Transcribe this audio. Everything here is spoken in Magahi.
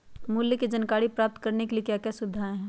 मूल्य के जानकारी प्राप्त करने के लिए क्या क्या सुविधाएं है?